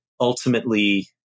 ultimately